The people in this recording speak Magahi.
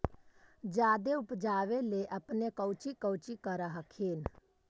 जादे उपजाबे ले अपने कौची कौची कर हखिन?